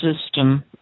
system